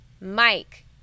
Mike